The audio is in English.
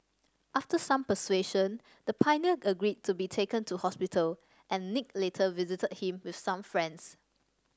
after some persuasion the pioneer agreed to be taken to hospital and Nick later visited him with some friends